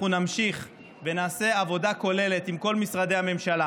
אנחנו נמשיך ונעשה עבודה כוללת עם כל משרדי הממשלה.